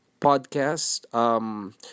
podcast